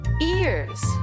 ears